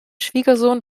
schwiegersohn